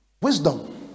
wisdom